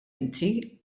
inti